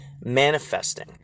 manifesting